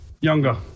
younger